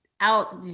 out